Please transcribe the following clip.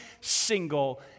single